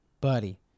buddy